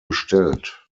gestellt